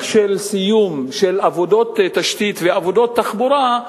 של סיום עבודות תשתית ועבודות תחבורה,